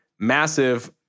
massive